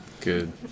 Good